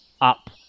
up